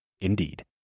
Indeed